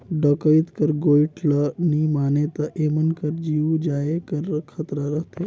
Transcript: डकइत कर गोएठ ल नी मानें ता एमन कर जीव जाए कर खतरा रहथे